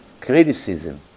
criticism